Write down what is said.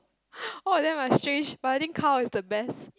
all of them are strange but I think cow is the best